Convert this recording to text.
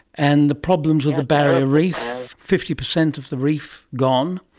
and the problems of the barrier reef, fifty percent of the reef gone,